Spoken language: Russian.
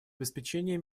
обеспечение